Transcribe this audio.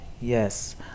yes